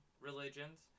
religions